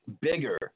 bigger